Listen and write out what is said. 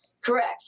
Correct